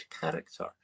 character